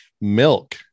milk